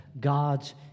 God's